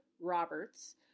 Roberts